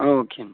okay అండి